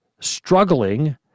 struggling